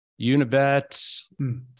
Unibet